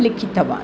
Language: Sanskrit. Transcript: लिखितवान्